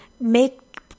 make